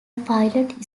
pilot